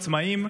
עצמאים,